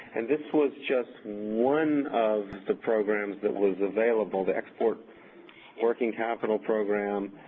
and this was just one of the programs that was available, the export working capital program,